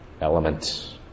element